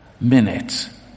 minutes